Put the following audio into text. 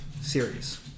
series